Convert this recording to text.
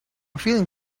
feeling